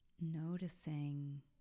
noticing